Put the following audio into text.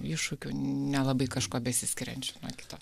iššūkių nelabai kažkuo besiskiriančių nuo kito